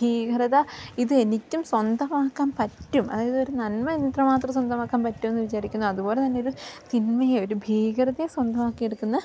ഭീകരത ഇത് എനിക്കും സ്വന്തമാക്കാൻ പറ്റും അതായത് ഒരു നന്മ എത്രമാത്രം സ്വന്തമാക്കാൻ പറ്റുമെന്ന് വിചാരിക്കുന്നു അതുപോലത്തന്നെ ഒരു തിന്മയെ ഒരു ഭീകരതയെ സ്വന്തമാക്കിയെടുക്കുന്ന